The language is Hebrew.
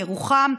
ירוחם.